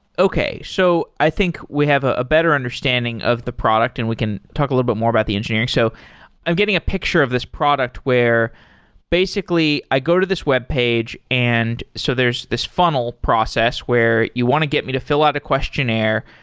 okay. so i think we have a a better understanding of the product and we can talk a little bit more about the engineering. so i'm getting a picture of this product where basically, i go to this webpage, and so there's this funnel process where you want to get me to fill out a questionnaire.